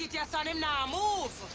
it yah-so and him nah move.